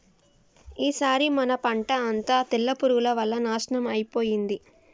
ఈసారి మన పంట అంతా తెల్ల పురుగుల వల్ల నాశనం అయిపోయింది